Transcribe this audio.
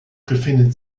befindet